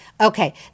Okay